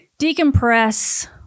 decompress